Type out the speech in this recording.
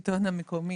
את השלטון המקומי,